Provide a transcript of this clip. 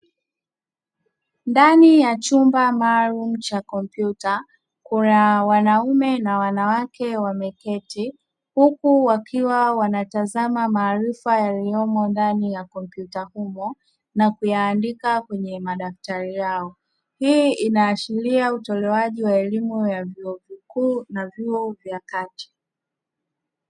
Ndani ya chumba maalum cha kompyuta, kuna wanaume na wanawake wamekaa, huku wakiwa wanatazama maarifa ya ulimwengu ndani ya kompyuta kubwa na kuyandika kwenye madaftari yao. Hii inaashiria utolewaji wa elimu ya vyuo vikuu na vyuo vya kati.